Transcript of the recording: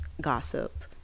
gossip